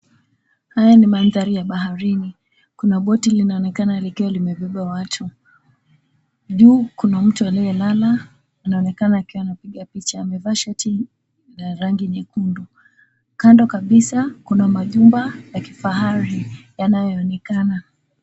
Haya ni maanthari ya baharini. Kuna boti linaonekana likiwa limebeba watu. Juu kuna mtu aliyelala anaonekana akiwa anapiga picha. Amevaa shati la rangi nyekundu. Kando kabisa kuna majumba ya kifahari yanayoonekana.